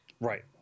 right